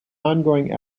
ongoing